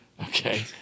okay